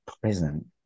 present